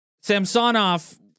Samsonov